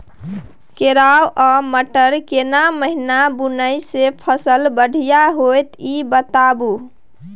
केराव आ मटर केना महिना बुनय से फसल बढ़िया होत ई बताबू?